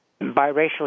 biracial